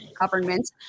government